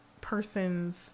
person's